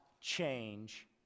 change